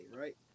right